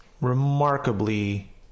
remarkably